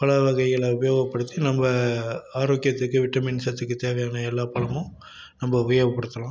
பழ வகைகளை உபயோகப்படுத்தி நம்ம ஆரோக்கியத்துக்கு விட்டமின் சத்துக்கு தேவையான எல்லா பழமும் நம்ம உபயோகப்படுத்தலாம்